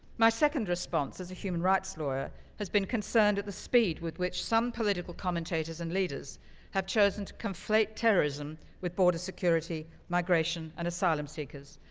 my second response as a human rights lawyer has been concerned at the speed with which some political commentators and leaders have chosen to conflate terrorism with border security, migration, and asylum seekers.